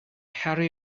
harry